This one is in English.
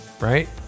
right